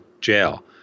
jail